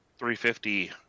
350